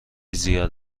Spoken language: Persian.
زیاد